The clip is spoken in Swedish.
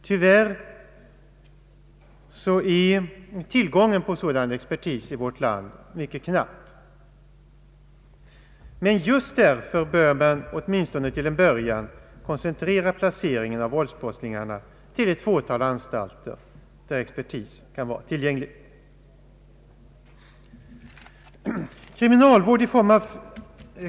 Tyvärr är tillgången på sådan expertis i vårt land mycket knapp, men just därför bör man åtminstone till en början koncentrera placeringen av våldsbrottslingarna till ett fåtal anstalter, där expertis kan vara tillgänglig.